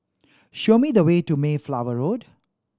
show me the way to Mayflower Road